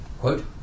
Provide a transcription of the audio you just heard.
Quote